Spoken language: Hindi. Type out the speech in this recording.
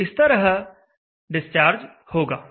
तो यह इस तरह डिस्चार्ज होगा